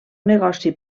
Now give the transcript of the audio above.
negoci